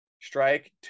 strike